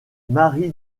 mari